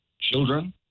children